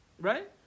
Right